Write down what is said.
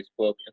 Facebook